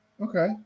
Okay